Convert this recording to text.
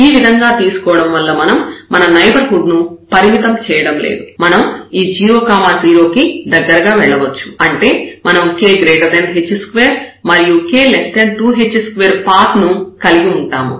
ఈ విధంగా తీసుకోవడం వల్ల మనం మన నైబర్హుడ్ ను పరిమితం చేయడం లేదు మనం ఈ 0 0 కు దగ్గరగా వెళ్ళవచ్చు అంటే మనం k h2 మరియు k 2h2 పాత్ ను కలిగి ఉంటాము